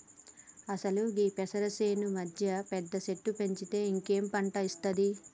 అసలు గీ పెసరు సేను మధ్యన పెద్ద సెట్టు పెంచితే ఇంకేం పంట ఒస్తాది